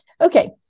okay